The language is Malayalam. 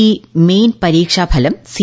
ഇ മെയിൻ പരീക്ഷാ ഫലം സി